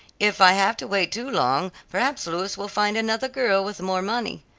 if i have to wait too long, perhaps louis will find another girl with more money.